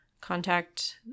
contact